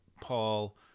paul